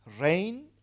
rain